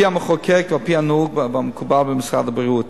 על-פי המחוקק ועל-פי הנהוג והמקובל במשרד הבריאות,